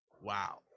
wow